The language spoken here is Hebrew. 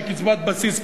שהיא קצבת בסיס,